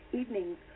evenings